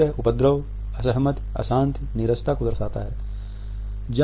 तो यह उपद्रव असहमति अशांति नीरसता को दर्शाता है